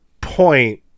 point